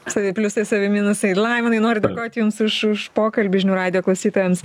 savi pliusai savi minusai laimonai noriu dėkoti jums už už pokalbį žinių radijo klausytojams